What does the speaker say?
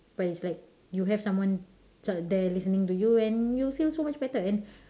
but is like you have someone sort of there listening to you and you'll feel so much better and